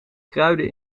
kruiden